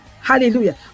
Hallelujah